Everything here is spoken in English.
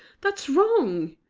that's wrong!